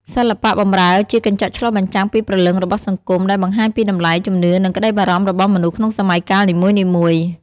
សិល្បៈបម្រើជាកញ្ចក់ឆ្លុះបញ្ចាំងពីព្រលឹងរបស់សង្គម ដែលបង្ហាញពីតម្លៃ ជំនឿ និងក្តីបារម្ភរបស់មនុស្សក្នុងសម័យកាលនីមួយៗ។